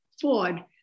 Ford